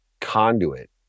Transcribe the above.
conduit